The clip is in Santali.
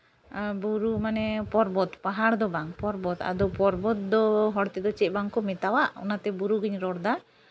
ᱟᱨ ᱵᱩᱨᱩ ᱢᱟᱱᱮ ᱯᱚᱨᱵᱚᱛ ᱯᱟᱦᱟᱲ ᱫᱚ ᱵᱟᱝ ᱯᱚᱨᱵᱚᱛ ᱟᱫᱚ ᱯᱚᱨᱵᱚᱛ ᱫᱚ ᱦᱚᱲ ᱛᱮᱫᱚ ᱪᱮᱫ ᱵᱟᱝ ᱠᱚ ᱢᱮᱛᱟᱣᱟᱜ ᱚᱱᱟᱛᱮ ᱵᱩᱨᱩᱜᱤᱧ ᱨᱚᱲᱫᱟ